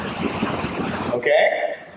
Okay